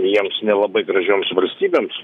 jiems nelabai gražioms valstybėms